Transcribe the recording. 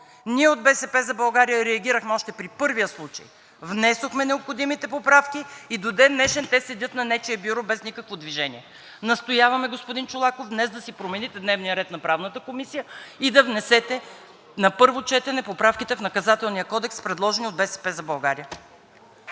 Ние от „БСП за България“ реагирахме още при първия случай. Внесохме необходимите поправки и до ден днешен те седят на нечие бюро без никакво движение. Настояваме, господин Чолаков, днес да си промените дневния ред на Правната комисия и да внесете на първо четене поправките в Наказателния кодекс, предложени от „БСП за България“.